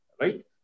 right